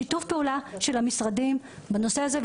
שיתוף פעולה של המשרדים בנושא הזה,